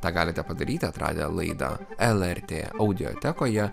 tą galite padaryti atradę laidą lrt audiotekoje